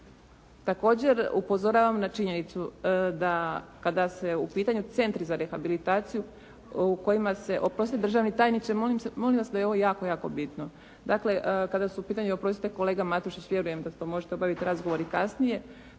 Također, upozoravam na činjenicu da kada su u pitanju centri za rehabilitaciju u kojima se, oprostite državni tajniče molim vas da je ovo jako bitno. Dakle, kada su u pitanju. Oprostite, kolega Matušić, vjerujem da to možete obaviti i kasnije.